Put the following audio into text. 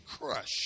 crush